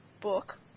book